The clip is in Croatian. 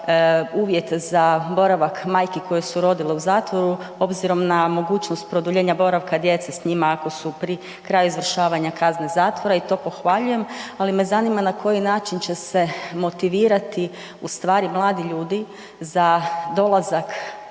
uvjet za boravak majki koje su rodile u zatvoru obzirom na mogućnost produljenja boravka djece s njima ako su pri kraju izvršavanja kazne zatvora i to pohvaljujem, ali me zanima na koji način će se motivirati u stvari mladi ljudi za dolazak